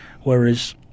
Whereas